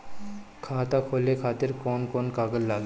खाता खोले खातिर कौन कौन कागज लागी?